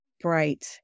bright